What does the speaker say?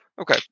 Okay